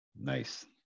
Nice